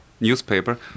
newspaper